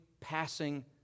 passing